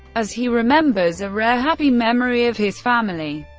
as he remembers a rare happy memory of his family,